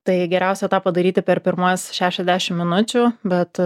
tai geriausia tą padaryti per pirmas šešiasdešim minučių bet